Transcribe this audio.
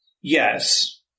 Yes